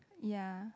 ya